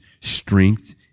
strength